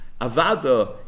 avada